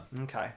Okay